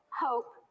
hope